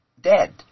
dead